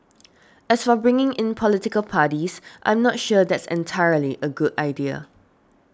as for bringing in political parties I'm not sure that's entirely a good idea